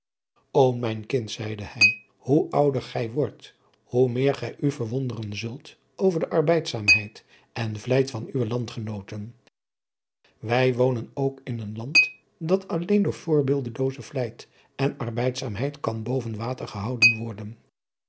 ô mijn kind zeide hij hoe ouder gij wordt hoe meer gij u verwonderen zult over de arbeidzaamheid en vlijt van uwe landgenooadriaan loosjes pzn het leven van hillegonda buisman ten wij wonen ook in een land dat alleen door voorbeeldelooze vlijt en arbeidzaamheid kan boven water gehouden worden